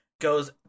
goes